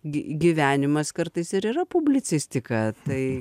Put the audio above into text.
gi gyvenimas kartais ir yra publicistika tai